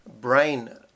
brain